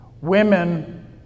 Women